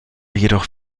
jedoch